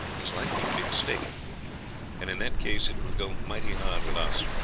he is likely to be mistaken and in that case it will go mighty hard with us,